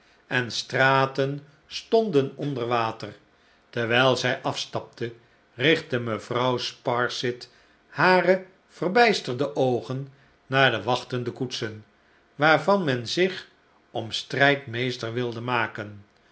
en straten stonden onder water terwijl zij afstapte richtte mevrouw sparsit hare verbijsterde oogen naar de wachtende koetsen waarvan men zich om strijd meester wilde maken